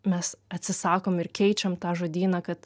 mes atsisakom ir keičiam tą žodyną kad